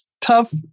tough